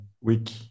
week